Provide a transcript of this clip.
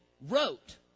wrote